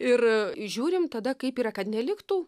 ir žiūrim tada kaip yra kad neliktų